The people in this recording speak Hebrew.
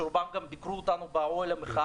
שרובם ביקרו אותנו באוהל המחאה.